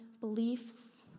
beliefs